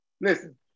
Listen